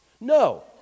No